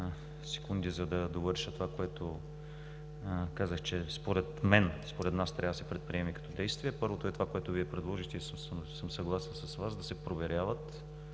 секунди, за да довърша това, което казах, че според мен, според нас трябва да се предприеме като действие. Първото е онова, което Вие предложихте, и съм съгласен с Вас – да се проверяват,